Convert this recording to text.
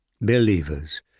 Believers